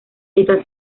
está